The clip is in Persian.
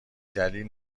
دلیل